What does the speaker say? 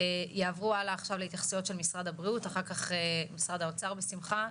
יעברו הלאה עכשיו להתייחסויות של משרד הבריאות אחר כך משרד האוצר בשמחה,